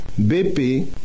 BP